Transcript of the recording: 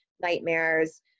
nightmares